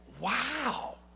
wow